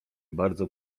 bardzo